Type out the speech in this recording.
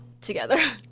together